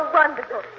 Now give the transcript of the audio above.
wonderful